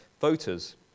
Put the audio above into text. voters